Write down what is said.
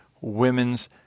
women's